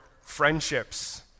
friendships